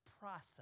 process